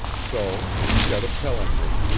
so, instead of telling her,